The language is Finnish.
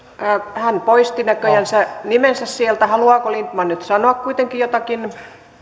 hän poisti näköjään nimensä nimensä sieltä haluaako lindtman nyt kuitenkin sanoa jotakin